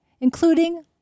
including